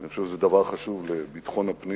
אני חושב שזה דבר חשוב לביטחון הפנים